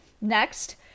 Next